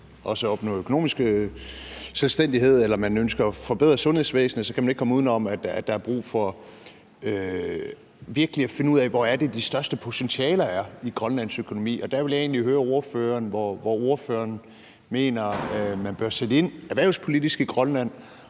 også skal opnå økonomisk selvstændighed, eller man ønsker at forbedre sundhedsvæsenet, så kan man ikke komme uden om, at der er brug for virkelig at finde ud af, hvor de største potentialer i Grønlands økonomi er. Og der vil jeg egentlig høre ordføreren, hvor ordføreren mener man bør sætte ind erhvervspolitisk i Grønland,